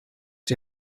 die